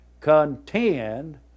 contend